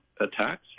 attacks